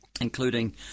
including